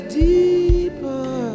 deeper